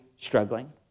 struggling